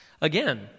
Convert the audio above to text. Again